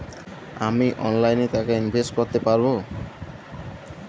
আমি অনলাইনে টাকা ইনভেস্ট করতে পারবো?